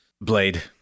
Blade